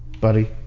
buddy